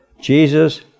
Jesus